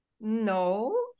no